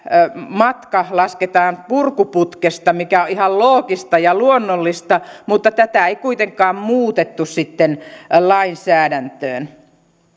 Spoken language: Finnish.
matka lasketaan purkuputkesta mikä on ihan loogista ja luonnollista mutta tätä ei kuitenkaan muutettu sitten lainsäädäntöön